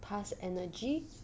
past energy